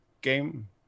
game